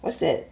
what's that